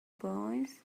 boys